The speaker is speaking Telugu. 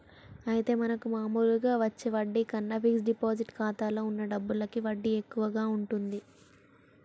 అయితే మనకు మామూలుగా వచ్చే వడ్డీ కన్నా ఫిక్స్ డిపాజిట్ ఖాతాలో ఉన్న డబ్బులకి వడ్డీ ఎక్కువగా ఉంటుంది